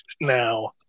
Now